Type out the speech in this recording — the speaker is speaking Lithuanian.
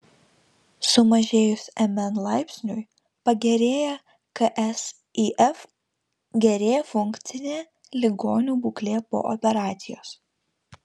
sumažėjus mn laipsniui pagerėja ksif gerėja funkcinė ligonių būklė po operacijos